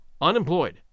Unemployed